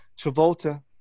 Travolta